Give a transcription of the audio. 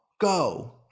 go